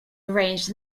arranged